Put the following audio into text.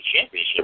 championship